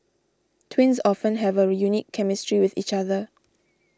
twins often have a unique chemistry with each other